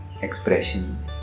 expression